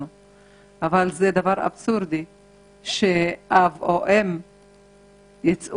אבל זה דבר אבסורדי שאב או אם ייצאו